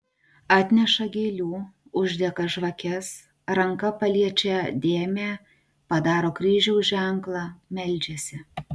atneša gėlių uždega žvakes ranka paliečią dėmę padaro kryžiaus ženklą meldžiasi